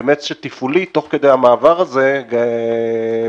שתפעולית תוך כדי המעבר הזה הפעילות